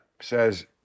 says